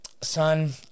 son